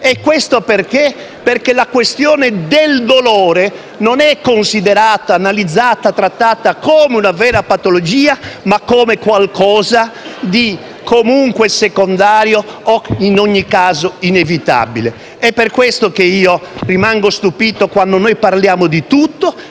e questo perché? Perché la questione del dolore non è considerata, analizzata, trattata come una vera patologia, ma come qualcosa di comunque secondario o, in ogni caso, inevitabile. È per questo che rimango stupito quando parliamo di tutto,